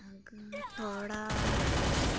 ᱛᱚᱲᱟ